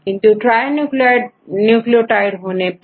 किंतु trinucleotide होने पर